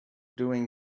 doing